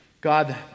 God